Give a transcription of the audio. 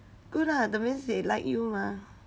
good ah that means they like you mah